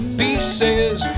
pieces